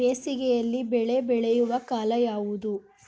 ಬೇಸಿಗೆ ಯಲ್ಲಿ ಬೆಳೆ ಬೆಳೆಯುವ ಕಾಲ ಯಾವುದು?